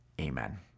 Amen